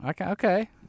Okay